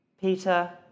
Peter